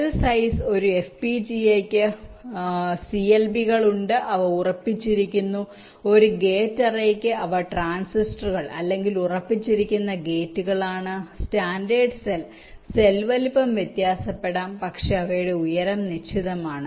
cell size ഒരു FPGA യ്ക്ക് ഞങ്ങൾക്ക് CLB കൾ ഉണ്ട് അവ ഉറപ്പിച്ചിരിക്കുന്നു ഒരു ഗേറ്റ്അറേയ്ക്ക് അവ ട്രാൻസിസ്റ്ററുകൾ അല്ലെങ്കിൽ ഉറപ്പിച്ചിരിക്കുന്ന ഗേറ്റുകൾ ആണ് സ്റ്റാൻഡേർഡ് സെൽ സെൽ വലുപ്പം വ്യത്യാസപ്പെടാം പക്ഷേ അവയുടെ ഉയരം നിശ്ചിതമാണ്